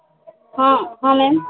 ହଁ ହଁ ମ୍ୟାମ୍